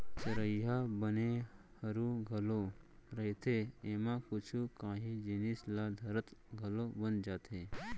चरिहा बने हरू घलौ रहिथे, एमा कुछु कांही जिनिस ल धरत घलौ बन जाथे